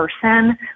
person